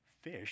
Fish